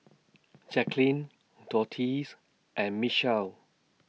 Jacklyn Dorthea's and Michel